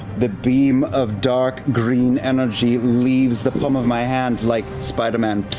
the beam of dark green energy leaves the palm of my hand like spider-man